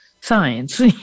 science